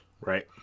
right